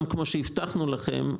כמו שהבטחנו לכם,